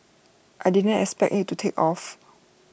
I didn't expect IT to take off